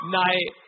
night